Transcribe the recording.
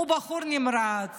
הוא בחור נמרץ